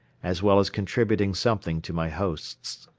as well as contributing something to my hosts.